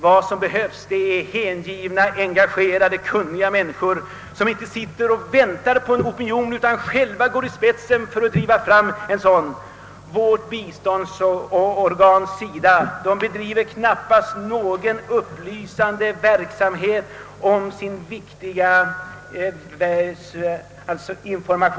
Vad som behövs är hängivna, engagerade och kunniga människor, som inte sitter och väntar på en opinion utan själva går i spetsen för att driva fram en sådan. Vårt biståndsorgan SIDA sprider knappast någon upplysande information om sin verksamhet.